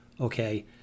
Okay